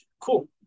cool